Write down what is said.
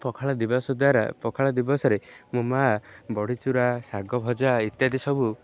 ପଖାଳ ଦିବସ ଦ୍ୱାରା ପଖାଳ ଦିବସରେ ମୋ ମା ବଡ଼ିଚୁରା ଶାଗ ଭଜା ଇତ୍ୟାଦି ସବୁ